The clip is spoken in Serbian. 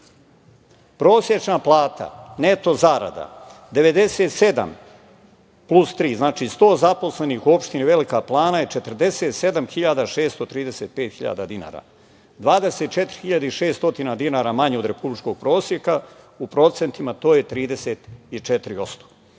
Prosečna plata, neto zarada 97 plus tri, znači 100 zaposlenih u opštini Velika Plana je 47.635 dinara, 24.600 dinara manje od republičkog proseka, u procentima to je 34%.